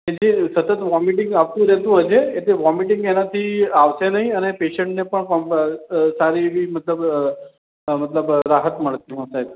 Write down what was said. જે સતત વૉમિટિંગ આવતું રહેતું હોય છે એટલે વૉમિટિંગ એનાથી આવશે નહીં અને પેશન્ટને પણ મતલબ સારી એવી મતલબ રાહત મળશે